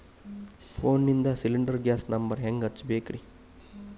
ಫೋನಿಂದ cylinder gas number ಹೆಂಗ್ ಹಚ್ಚ ಬೇಕ್ರಿ?